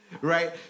Right